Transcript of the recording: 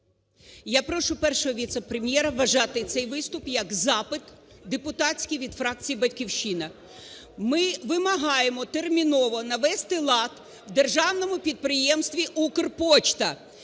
Я прошу Першого віце-прем'єра вважати цей виступ як запит депутатський від фракції "Батьківщина". Ми вимагаємо терміново навести лад в Державному підприємстві "Укрпошта",